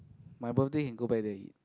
my birthday can go back there eat